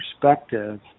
perspective